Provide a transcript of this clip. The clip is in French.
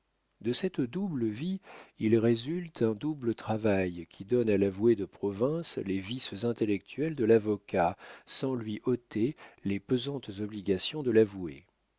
de cette double vie il résulte un double travail qui donne à l'avoué de province les vices intellectuels de l'avocat sans lui ôter les pesantes obligations de l'avoué